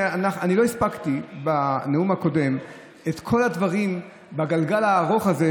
אני לא הספקתי בנאום הקודם את כל הדברים בגלגל הארוך הזה,